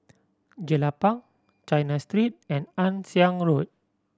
Jelapang China Street and Ann Siang Road